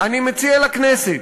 אני ממליץ לכנסת